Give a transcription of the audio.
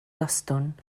gostwng